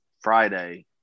Friday –